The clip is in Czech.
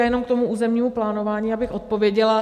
Já jenom k tomu územnímu plánování, abych odpověděla.